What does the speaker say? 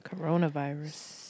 Coronavirus